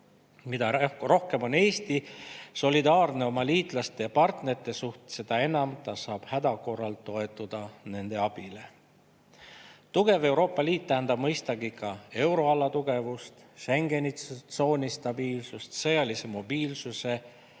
Mida rohkem on Eesti solidaarne oma liitlaste ja partneritega, seda enam saab ta häda korral toetuda nende abile. Tugev Euroopa Liit tähendab mõistagi ka euroala tugevust, Schengeni tsooni stabiilsust, sõjalise mobiilsuse